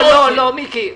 לא, לא, מיקי.